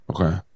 Okay